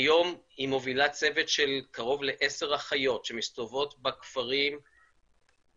כיום היא מובילה צוות של כקרוב לעשר אחיות שמסתובבות בכפרים נותנות